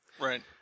Right